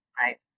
right